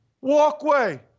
walkway